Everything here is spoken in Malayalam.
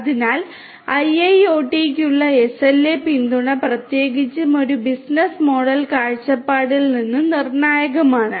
അതിനാൽ IIoT യ്ക്കുള്ള SLA പിന്തുണ പ്രത്യേകിച്ചും ഒരു ബിസിനസ് മോഡൽ കാഴ്ചപ്പാടിൽ നിന്ന് നിർണായകമാണ്